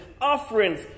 offerings